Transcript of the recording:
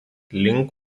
link